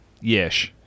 Yes